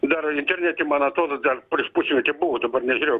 dar internete man atrodo dar prieš pusmetį buvo dabar nežiūrėjau